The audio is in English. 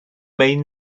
main